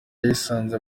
yasinyanye